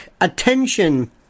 attention